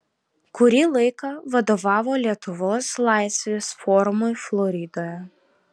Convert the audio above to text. kurį laiką vadovavo lietuvos laisvės forumui floridoje